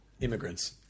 Immigrants